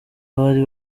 bari